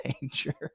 danger